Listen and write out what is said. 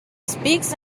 speaks